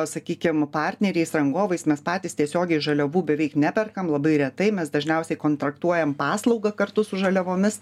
sakykim partneriais rangovais mes patys tiesiogiai žaliavų beveik neperkam labai retai mes dažniausiai kontraktuojam paslaugą kartu su žaliavomis